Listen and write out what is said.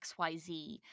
xyz